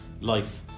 life